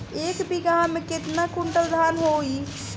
एक बीगहा में केतना कुंटल धान होई?